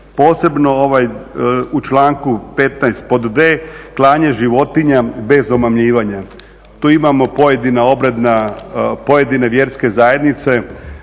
posebno u članku 15. pod d) klanje životinja bez omamljivanja. Tu imamo pojedine vjerske zajednice